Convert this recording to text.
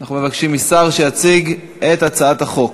אנחנו מבקשים משר שיציג את הצעת החוק.